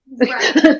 Right